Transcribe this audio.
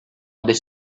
wanted